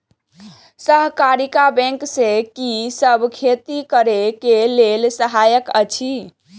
सहकारिता बैंक से कि सब खेती करे के लेल सहायता अछि?